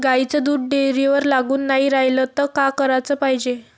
गाईचं दूध डेअरीवर लागून नाई रायलं त का कराच पायजे?